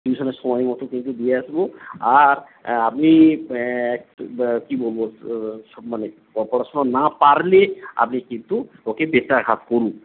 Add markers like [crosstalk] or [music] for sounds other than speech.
টিউশনের সময় মতো কিন্তু দিয়ে আসবো আর আপনি কি বলবো [unintelligible] সব মানে পড়াশুনা না পারলে আপনি কিন্তু ওকে বেত্রাঘাত করুন